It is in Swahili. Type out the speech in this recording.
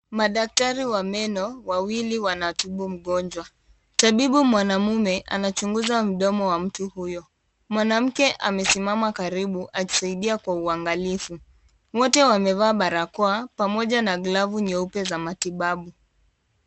Madaktari wa meno wawili wanatibu mgonjwa, tabibu mwanamume anachunguza mdomo wa mtu huyo, mwanamke amesimama karibu akisaidia Kwa uangalifu, wote wamevaa barakoa pamoja na glavu nyeupe za matibabu.